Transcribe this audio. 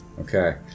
okay